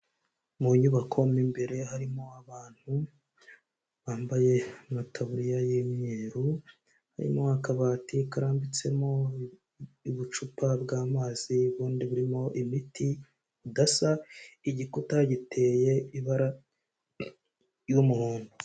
Mu nyubako mu imbere harimo abantu bambaye amataburiya y'imyeru, harimo akabati karambitsemo ubucupa bw'amazi, ubundi burimo imiti budasa, igikuta giteye ibara ry'umuhondo.